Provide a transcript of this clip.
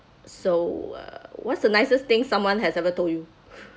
so uh what's the nicest thing someone has ever told you